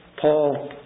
Paul